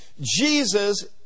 Jesus